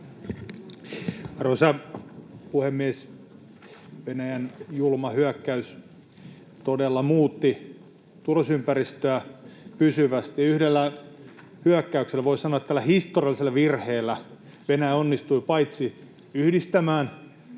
Arvoisa puhemies! Venäjän julma hyökkäys todella muutti turvallisuusympäristöä pysyvästi. Yhdellä hyökkäyksellä — voi sanoa, että tällä historiallisella virheellä — Venäjä onnistui paitsi yhdistämään